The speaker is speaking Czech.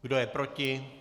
Kdo je proti?